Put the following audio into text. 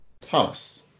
Thomas